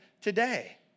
today